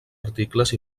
articles